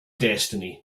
destiny